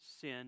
sin